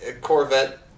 Corvette